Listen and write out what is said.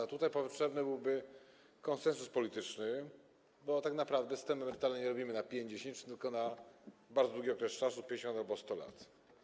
A tutaj potrzebny byłby konsensus polityczny, bo tak naprawdę systemu emerytalnego nie robimy na 5, 10 lat, tylko na bardzo długi okres, 50 albo 100 lat.